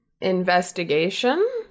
Investigation